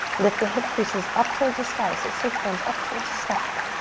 lift the hip creases up towards the sky so it sits but up towards the sky.